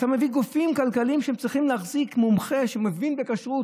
אתה מביא גופים כלכליים שצריכים להחזיק מומחה שמבין בכשרות,